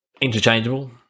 interchangeable